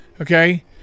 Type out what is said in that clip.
Okay